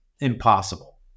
impossible